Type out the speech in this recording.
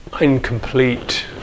incomplete